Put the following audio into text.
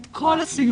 את כל הסיוע,